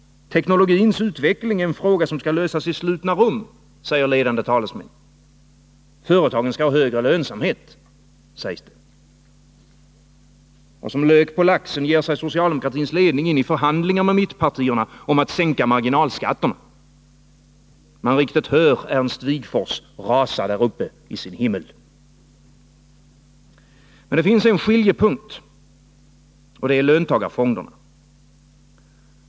Teknologins utveckling är en fråga som skall lösas i slutna rum, säger ledande talesmän. Företagen skall ha högre lönsamhet, sägs det. Som lök på laxen ger sig socialdemokratins ledning in i förhandlingar med mittpartierna om att sänka marginalskatterna. Man riktigt hör Ernst Wigforss rasa där uppe i sin himmel. Men det finns en skiljepunkt, och det är löntagarfonderna.